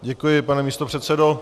Děkuji, pane místopředsedo.